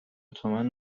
تومن